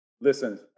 listen